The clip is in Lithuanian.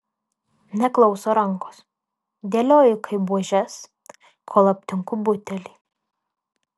neklauso rankos dėlioju kaip buožes kol aptinku butelį